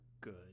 good